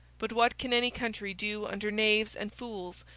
but what can any country do under knaves and fools,